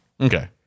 Okay